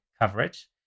coverage